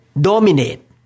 dominate